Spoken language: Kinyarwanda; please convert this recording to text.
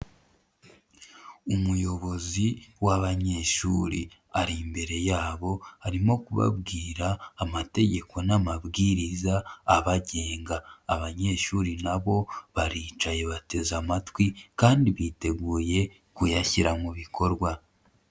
Umuyobozi w'abanyeshuri ari imbere yabo arimo kubabwira amategeko n'amabwiriza abagenga, abanyeshuri na bo baricaye bateze amatwi kandi biteguye kuyashyira mu bikorwa.